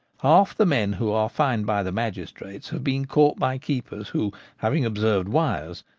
half the men who are fined by the magistrates have been caught by keepers who, having observed wires,